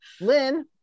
Lynn